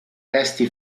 resti